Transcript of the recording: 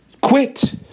Quit